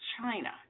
China